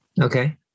Okay